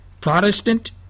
Protestant